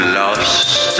lost